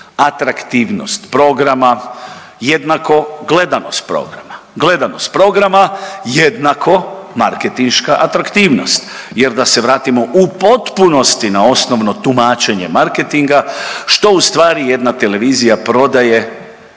Atraktivnost programa, jednako gledanost programa, gledanost programa jednako marketinška atraktivnost jer da se vratimo u potpunosti na osnovno tumačenje marketinga što ustvari jedna televizija prodaje